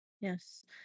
Yes